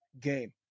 game